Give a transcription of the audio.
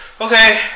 Okay